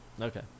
Okay